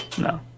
no